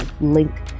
link